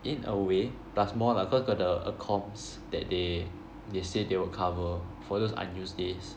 in a way plus more lah cause got the accoms that they they said they will cover for those unused days